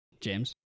James